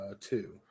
two